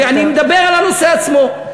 אני מדבר על הנושא עצמו.